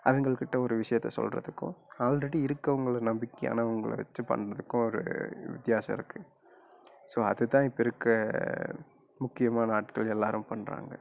அவங்கள்கிட்ட ஒரு விஷயத்த சொல்லுறத்துக்கும் ஆல்ரெடி இருக்கவங்கள நம்பிக்கையானவங்கள வச்சி பண்ணுறக்கும் ஒரு வித்தியாசம் இருக்கு ஸோ அது தான் இப்போ இருக்க முக்கியமான ஆட்கள் எல்லாரும் பண்ணுறாங்க